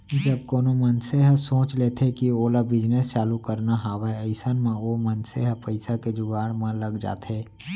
जब कोनो मनसे ह सोच लेथे कि ओला बिजनेस चालू करना हावय अइसन म ओ मनसे ह पइसा के जुगाड़ म लग जाथे